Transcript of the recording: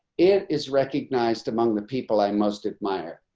it is recognized among the people i most admire.